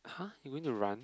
!huh! you going to run